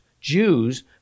Jews